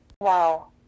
Wow